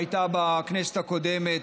הייתה בכנסת הקודמת.